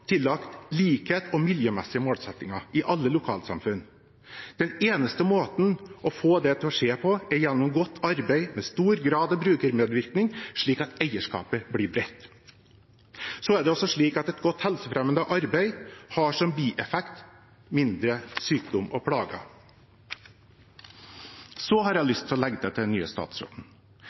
tillagt – likhets- og miljømessige målsettinger i alle lokalsamfunn. Den eneste måten å få det til å skje på er gjennom godt arbeid med stor grad av brukermedvirkning, slik at eierskapet blir bredt. Et godt helsefremmende arbeid har som bieffekt mindre sykdom og plager. Så har jeg lyst til å legge til til den nye statsråden: